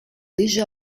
déjà